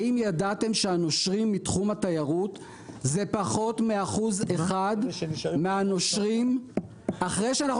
האם ידעתם שהנושרים מתחום התיירות זה פחות מאחוז אחד מהנושרים אחרי שאנחנו